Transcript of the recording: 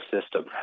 system